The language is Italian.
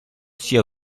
sia